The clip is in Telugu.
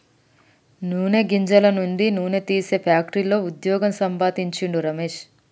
నూనె గింజల నుండి నూనె తీసే ఫ్యాక్టరీలో వుద్యోగం సంపాందించిండు రమేష్